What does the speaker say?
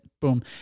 boom